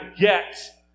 get